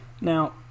Now